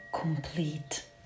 complete